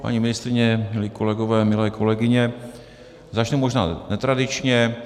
Paní ministryně, milí kolegové, milé kolegyně, začnu možná netradičně.